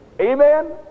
Amen